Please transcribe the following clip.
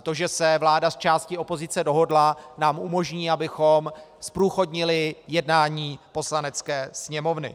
To, že se vláda s částí opozice dohodla, nám umožní, abychom zprůchodnili jednání Poslanecké sněmovny.